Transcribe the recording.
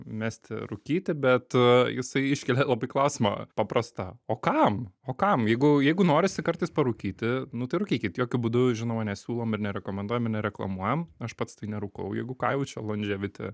mesti rūkyti bet jisai iškelia labai klausimą paprastą o kam o kam jeigu jeigu norisi kartais parūkyti nu tai rūkykit jokiu būdu žinoma nesiūlom ir nerekomenduojam nereklamuojam aš pats tai nerūkau jeigu ką jaučia longevity